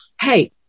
Hey